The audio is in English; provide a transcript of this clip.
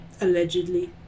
allegedly